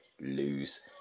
lose